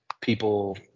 people